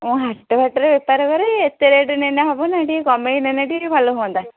ମୁଁ ହାଟ ଫାଟରେ ବେପାର କରେ ଏତେ ରେଟ୍ ନେଲେ ହେବ ନା ଟିକେ କମେଇ ନେଲେ ଟିକେ ଭଲ ହୁଅନ୍ତା